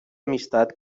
amistat